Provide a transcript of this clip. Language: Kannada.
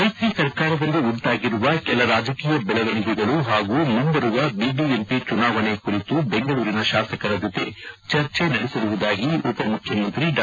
ಮೈತ್ರಿ ಸರ್ಕಾರದಲ್ಲಿ ಉಂಟಾಗಿರುವ ಕೆಲ ರಾಜಕೀಯ ಬೆಳವಣಿಗೆಗಳು ಹಾಗೂ ಮುಂಬರುವ ಬಿಬಿಎಂಪಿ ಚುನಾವಣೆ ಕುರಿತು ಬೆಂಗಳೂರಿನ ಶಾಸಕರ ಜೊತೆ ಚರ್ಚೆ ನಡೆಸಿರುವುದಾಗಿ ಉಪಮುಖ್ಯಮಂತ್ರಿ ಡಾ